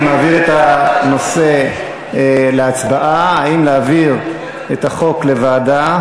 אני מעביר את הנושא להצבעה אם להעביר את החוק לוועדה.